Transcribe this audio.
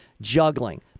juggling